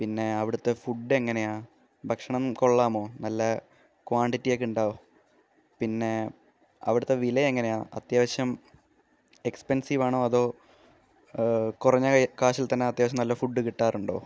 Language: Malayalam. പിന്നെ അവിടുത്തെ ഫുഡ്ഡ് എങ്ങനെയാണ് ഭക്ഷണം കൊള്ളാമോ നല്ല ക്വാണ്ടിറ്റിയൊക്കെ ഉണ്ടോ പിന്നെ അവിടുത്തെ വില എങ്ങനെയാണ് അത്യാവശ്യം എക്സ്പെൻസീവ് ആണോ അതോ കുറഞ്ഞ കാശിൽത്തന്നെ അത്യാവശ്യം നല്ല ഫുഡ്ഡ് കിട്ടാറുണ്ടോ